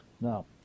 Now